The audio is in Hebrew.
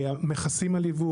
מכסים על ייבוא,